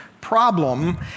problem